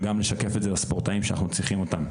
וגם משקף את זה לספורטאים שאנחנו צריכים אותם.